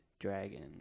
dragon